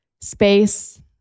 space